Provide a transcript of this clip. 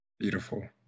Beautiful